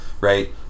right